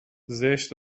زشت